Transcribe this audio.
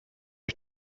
ich